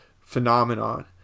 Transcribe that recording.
phenomenon